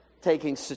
taking